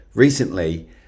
Recently